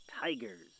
tiger's